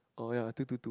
oh ya two two two